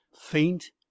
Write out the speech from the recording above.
Faint